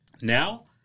Now